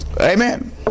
Amen